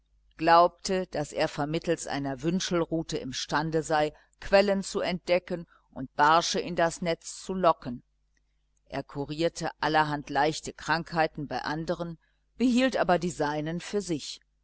glaubte daß er vermittels einer wünschelrute imstande sei quellen zu entdecken und barsche in das netz zu locken er kurierte allerhand leichte krankheiten bei andern behielt aber die seinen für sich